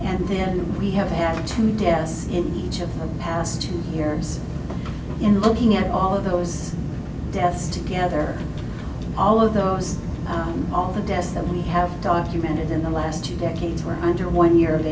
and ten we have had two deaths in each of the past two years and looking at all of those deaths together all of those all the deaths that we have documented in the last two decades were under one